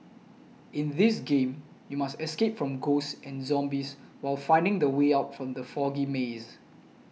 in this game you must escape from ghosts and zombies while finding the way out from the foggy maze